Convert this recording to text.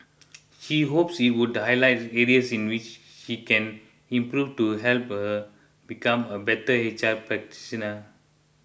she hopes it would highlight areas in which she can improve to help her become a better H R practitioner